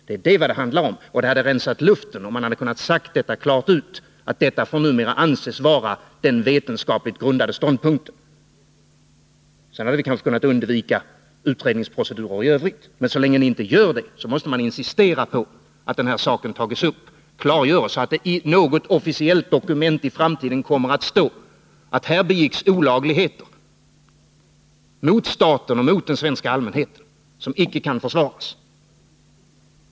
Det är vad det handlar om, och det hade rensat luften om man hade kunnat säga detta klart ut: Detta får numera anses vara den vetenskapligt grundade ståndpunkten. Sedan hade vi kanske kunnat undvika utredningsprodecurer i övrigt. Men så länge ni inte gör det måste man insistera på att saken tas upp och klargöres, så att det i något officiellt dokument i framtiden kommer att stå att här begicks olagligheter, mot staten och mot den svenska allmänheten, somicke kan försvaras.